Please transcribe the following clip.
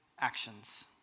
actions